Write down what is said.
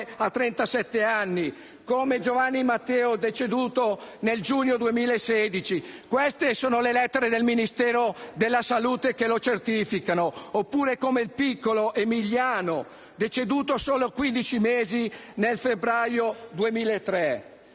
anni; come Giovanni Matteo, deceduto nel giugno 2016. Ho con me le lettere del Ministero della salute che lo certificano. Oppure come il piccolo Emiliano, deceduto a soli quindici mesi nel febbraio 2003.